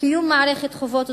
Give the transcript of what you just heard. וקיום מערכת חובות וזכויות,